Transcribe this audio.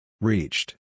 Reached